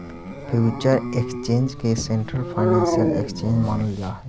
future exchange के central financial exchange मानल जा हइ